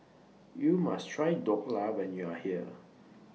YOU must Try Dhokla when YOU Are here